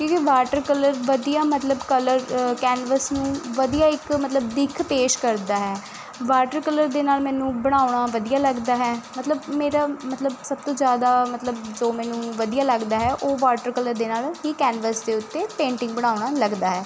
ਕਿਉਂਕਿ water colour ਵਧੀਆ ਮਤਲਬ ਕਲਰ ਕੈਨਵਸ ਨੂੰ ਵਧੀਆ ਇੱਕ ਮਤਲਬ ਦਿਖ ਪੇਸ਼ ਕਰਦਾ ਹੈ ਵਾਟਰ ਕਲਰ ਦੇ ਨਾਲ ਮੈਨੂੰ ਬਣਾਉਣਾ ਵਧੀਆ ਲੱਗਦਾ ਹੈ ਮਤਲਬ ਮੇਰਾ ਮਤਲਬ ਸਭ ਤੋਂ ਜ਼ਿਆਦਾ ਮਤਲਬ ਜੋ ਮੈਨੂੰ ਵਧੀਆ ਲੱਗਦਾ ਹੈ ਉਹ ਵਾਟਰ ਕਲਰ ਦੇ ਨਾਲ ਹੀ ਕੈਨਵਸ ਦੇ ਉੱਤੇ ਪੇਂਟਿੰਗ ਬਣਾਉਣਾ ਲੱਗਦਾ ਹੈ